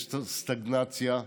יש סטגנציה,